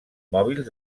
mòbils